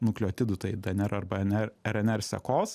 nukleotidų tai dnr arba nr rnr sekos